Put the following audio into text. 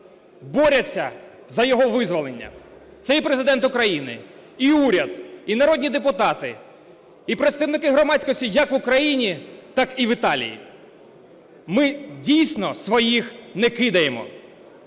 борються за його визволення. Це і Президент України, і уряд, і народні депутати, і представники громадськості, як в Україні, так і в Італії. Ми, дійсно, своїх не кидаємо,